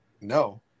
no